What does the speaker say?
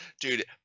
dude